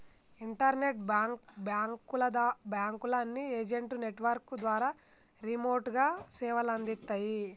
internet బాంకుల అన్ని agent network ద్వారా రిమోట్ గా సేవలందిత్తాయి